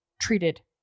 treated